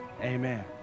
amen